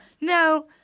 No